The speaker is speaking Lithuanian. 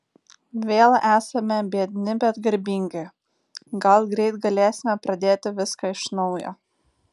vėl esame biedni bet garbingi gal greit galėsime pradėti viską iš naujo